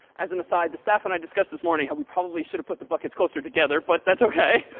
as an aside, the staff and i discussed this morning how we probably should've put the buckets closer together. but that's ok.